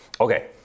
Okay